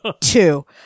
Two